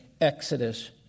Exodus